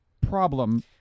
problem